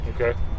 Okay